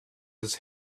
his